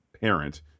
parent